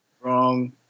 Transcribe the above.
Wrong